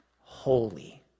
holy